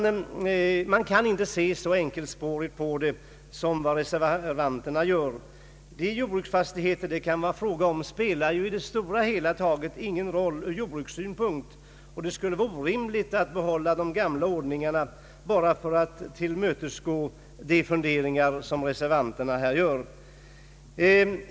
Man kan inte se så enkelspårigt på denna sak som reservanterna gör. De jordbruksfastigheter det kan vara fråga om spelar i det stora hela ingen roll från jordbrukssynpunkt, och det skulle vara orimligt att behålla den gamla ordningen bara för att tillmötesgå de funderingar som reservanterna gör.